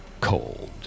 cold